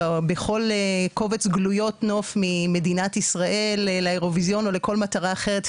בכל קובץ גלויות נוף ממדינת ישראל לאירוויזיון או לכל מטרה אחרת,